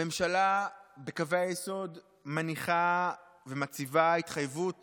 הממשלה בקווי היסוד מניחה ומציבה התחייבות